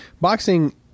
boxing